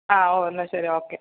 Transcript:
ആ ഓ എന്നാ ശരി ഓക്കെ